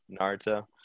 Naruto